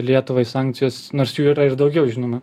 lietuvai sankcijos nors jų yra ir daugiau žinoma